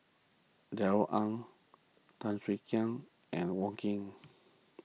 Darrell Ang Tan Swie Hian and Wong Keen